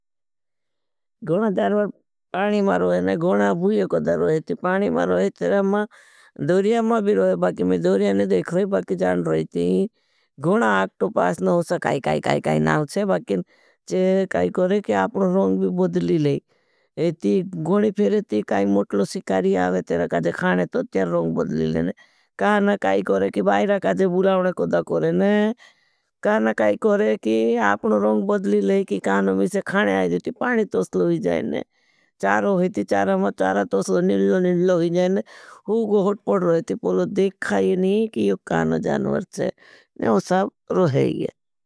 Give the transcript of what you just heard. गुना दर्वार पानी मारो है, गुना भूये कोड़ा रो है, ती पानी मारो है, तेरा मां दोरिया मां भी रो है। बाकि मैं दोरियाने देख रही, बाकि जान रो है ती। गुना अक्टो पास न हो सकाई, काई, काई, काई नाओचे, बाकि जान रो है ती। आपणो रांग ते बदली लेई घुधो मोटले से शिखरी आवी खाने छे रंग बदली लाई काना कायी कोरो से अप्पनो रंग बादलों से खाने है। का ना कये को रे वायरा का च बुरा बुरा गोता खोरे ने। का ना कये को रे की अपनों रंग बदले लायकी। काये ना तो खाने है पीनो तूसले जायी ती नीरलो निर्लो हो जायी। टी हर्लो पूरो देखायी नी की यो का ना जानवर से यो एसबी योही है।